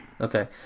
Okay